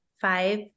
five